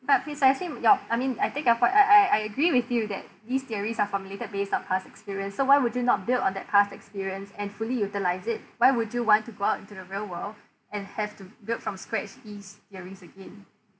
but precisely your I mean I take your point I I I agree with you that these theories are formulated based on past experience so why would you not built on that past experience and fully utilize it why would you want to go out into the real world and have to build from scratch ease your risk again